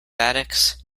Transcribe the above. addicts